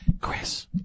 Chris